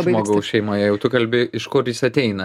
žmogaus šeimoje jau tu kalbi iš kur jis ateina